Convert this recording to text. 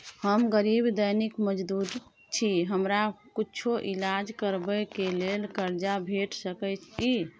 हम गरीब दैनिक मजदूर छी, हमरा कुछो ईलाज करबै के लेल कर्जा भेट सकै इ?